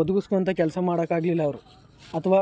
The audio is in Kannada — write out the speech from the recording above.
ಒದಗ್ಸುವಂಥ ಕೆಲಸ ಮಾಡೋಕ್ಕಾಗಲಿಲ್ಲ ಅವರು ಅಥವಾ